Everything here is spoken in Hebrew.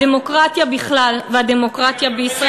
הדמוקרטיה בכלל והדמוקרטיה בישראל בפרט,